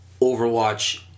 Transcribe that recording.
Overwatch